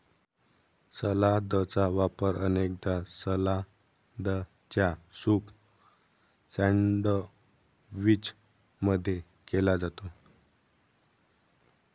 सलादचा वापर अनेकदा सलादच्या सूप सैंडविच मध्ये केला जाते